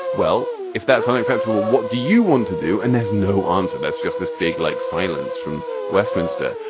well if that's unacceptable what do you want to do and there's no answer. that's just this big like silence from westminster.